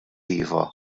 iva